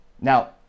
Now